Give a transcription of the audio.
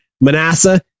Manasseh